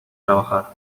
trabajar